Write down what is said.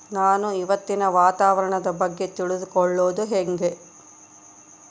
ನಾನು ಇವತ್ತಿನ ವಾತಾವರಣದ ಬಗ್ಗೆ ತಿಳಿದುಕೊಳ್ಳೋದು ಹೆಂಗೆ?